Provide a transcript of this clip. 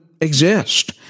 exist